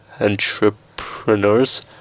entrepreneurs